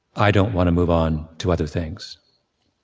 i don't want to move on to other things